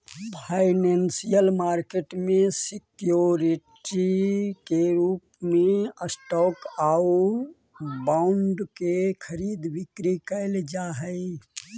financial market में security के रूप में स्टॉक आउ बॉन्ड के खरीद बिक्री कैल जा हइ